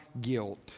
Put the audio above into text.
guilt